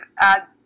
add